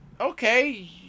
okay